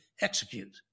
execute